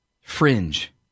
Fringe